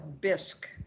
bisque